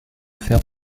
faire